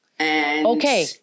Okay